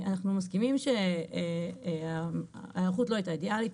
אנחנו מסכימים שההיערכות לא הייתה אידיאלית.